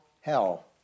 Hell